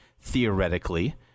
theoretically